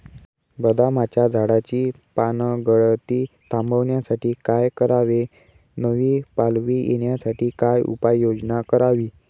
बदामाच्या झाडाची पानगळती थांबवण्यासाठी काय करावे? नवी पालवी येण्यासाठी काय उपाययोजना करावी?